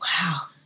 wow